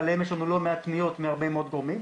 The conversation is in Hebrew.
שעליהם יש לנו לא מעט פניות מהרבה מאוד גורמים,